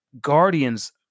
Guardians